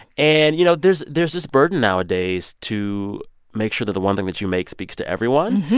and, you know, there's there's this burden nowadays to make sure that the one thing that you make speaks to everyone.